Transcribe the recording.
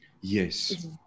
Yes